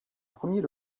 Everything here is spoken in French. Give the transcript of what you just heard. premier